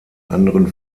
anderen